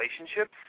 relationships